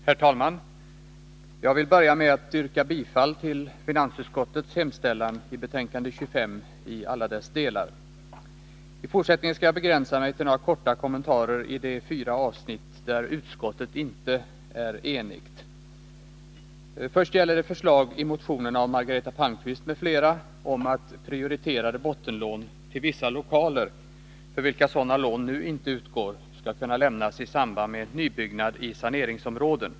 Herr talman! Jag vill börja med att yrka bifall till finansutskottets Torsdagen den hemställan i betänkande 25 i alla dess delar. I fortsättningen skall jag & maj 1982 begränsa mig till några korta kommentarer i de fyra avsnitt där utskottet inte prioriterade bottenlån till vissa lokaler, för vilka sådana lån nu inte utgår, skall kunna lämnas i samband med nybyggnad i saneringsområden.